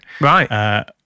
Right